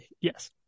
Yes